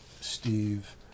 Steve